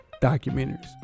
documentaries